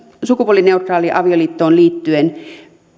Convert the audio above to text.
sukupuolineutraaliin avioliittoon liittyen